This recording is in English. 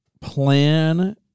plan